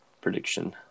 prediction